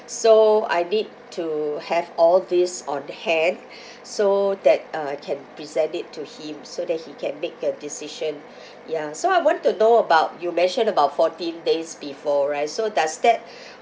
so I need to have all these on hand so that uh I can present it to him so that he can make a decision ya so I want to know about you mentioned about fourteen days before right so does that